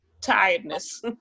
tiredness